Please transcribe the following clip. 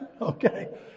Okay